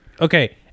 Okay